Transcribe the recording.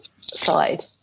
side